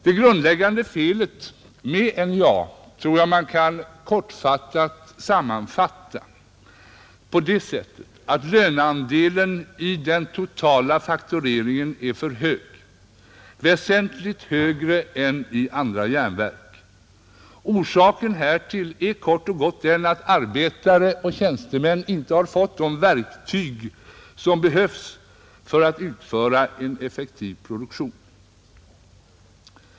Det grundläggande felet med NJA tror jag man kan kortfattat sammanfatta på det sättet, att löneandelen av den totala faktureringen är för hög — väsentligt högre än i andra järnverk, Orsaken härtill är kort och gott att arbetare och tjänstemän inte har fått de verktyg som behövs för att utföra en effektiv produktion.